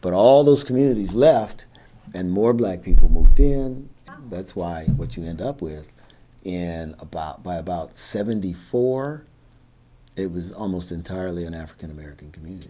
but all those communities left and more black people moved in that's why what you end up with and about by about seventy four it was almost entirely an african american community